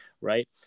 right